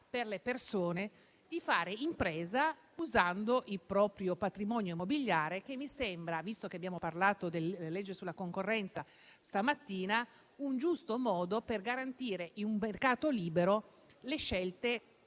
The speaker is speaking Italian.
per le persone di fare impresa usando il proprio patrimonio immobiliare, che mi sembra - visto che stamattina abbiamo parlato della legge per la concorrenza - un giusto modo per garantire, in un mercato libero, le scelte